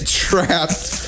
trapped